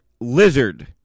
lizard